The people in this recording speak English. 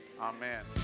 amen